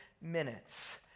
minutes